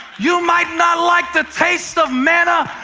you might not like the taste of manna,